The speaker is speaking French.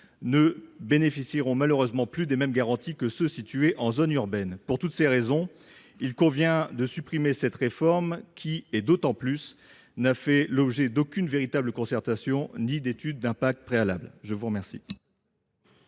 ne bénéficieront malheureusement plus des mêmes garanties que ceux qui sont situés en zone urbaine. Pour toutes ces raisons, il convient de supprimer cette réforme, d’autant qu’elle n’a fait l’objet d’aucune véritable concertation ni d’aucune étude d’impact préalable. La parole